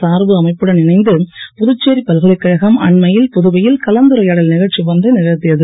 சார்பு அமைப்புடன் இணைந்து புதுச்சேரி பல்கலைக்கழகம் அண்மையில் புதுவையில் கலந்துரையாடல் நிகழ்ச்சி ஒன்றை நிகழ்த்தியது